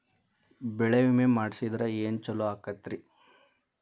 ಬೆಳಿ ವಿಮೆ ಮಾಡಿಸಿದ್ರ ಏನ್ ಛಲೋ ಆಕತ್ರಿ?